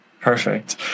perfect